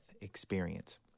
experience